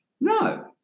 no